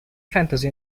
fantasy